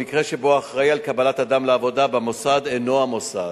במקרה שבו אחראי לקבלת אדם לעבודה במוסד הינו המוסד,